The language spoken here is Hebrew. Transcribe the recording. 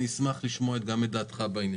אשמח לשמוע גם את דעתך בעניין.